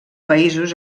països